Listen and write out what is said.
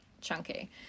chunky